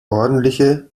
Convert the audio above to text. ordentliche